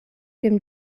dem